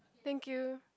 thank you